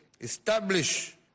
establish